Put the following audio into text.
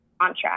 contract